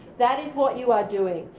that is what you are doing.